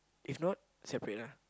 if not separately lah